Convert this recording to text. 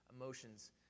emotions